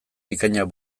bikainak